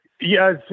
Yes